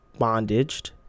bondaged